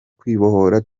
kwibohora